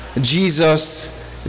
Jesus